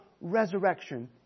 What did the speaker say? resurrection